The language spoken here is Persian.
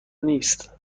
نیست